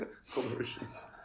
Solutions